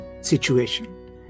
situation